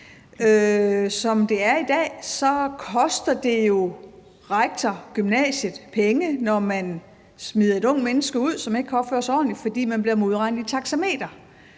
Som det er i dag, koster det jo rektor, gymnasiet, penge, når man smider et ungt menneske ud, som ikke kan opføre sig ordentligt, fordi man bliver modregnet i taxameterpengene.